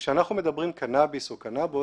כשאנחנו מדברים על קנאביס או קנאבוס,